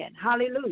Hallelujah